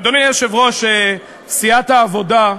אדוני היושב-ראש, סיעת העבודה,